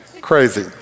Crazy